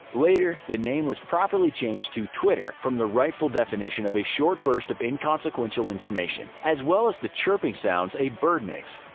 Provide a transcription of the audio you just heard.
later, the name was properly changed to twitter from the rightful definition of a short burst of inconsequential information, as well as the chirping sound a bird makes.